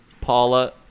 Paula